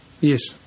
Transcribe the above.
Yes